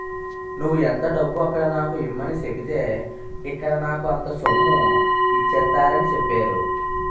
నువ్వు ఎంత డబ్బు అక్కడ నాకు ఇమ్మని సెప్పితే ఇక్కడ నాకు అంత సొమ్ము ఇచ్చేత్తారని చెప్పేరు